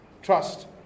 Trust